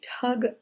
tug